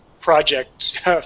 project